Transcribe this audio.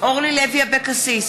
אורלי לוי אבקסיס,